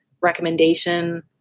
recommendation